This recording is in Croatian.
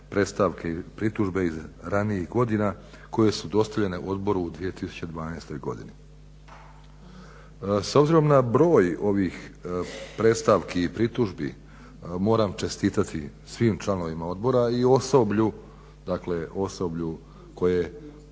predstavke i pritužbe iz ranijih godina koje su dostavljene odboru u 2012.godini. S obzirom na broj ovih predstavki i pritužbi moram čestitati svim članovima odbora i osoblju koje